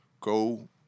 go